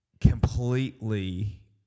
completely